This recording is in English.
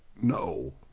no!